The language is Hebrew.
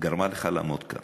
גרמה לך לעמוד כאן